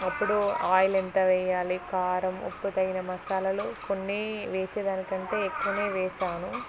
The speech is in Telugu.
అప్పుడు ఆయిల్ ఎంత వేయాలి కారం ఉప్పు తగిన మసాలాలు కొన్ని వేసేదానికంటే ఎక్కువ వేసాను